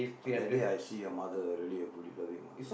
but that day I see your mother really a good loving mother